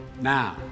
now